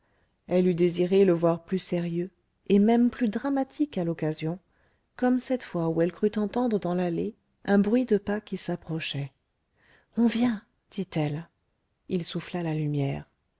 elle eût désiré le voir plus sérieux et même plus dramatique à l'occasion comme cette fois où elle crut entendre dans l'allée un bruit de pas qui s'approchaient on vient dit-elle il souffla la lumière